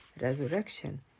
resurrection